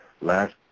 last